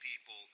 people